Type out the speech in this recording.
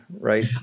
right